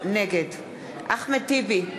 נגד אחמד טיבי,